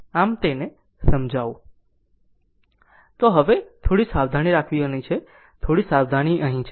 આમ તેને સમજાવું તો હવે થોડી સાવધાની રાખવાની છે થોડી સાવધાની અહીં છે